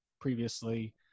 previously